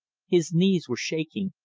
his knees were shaking,